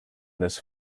this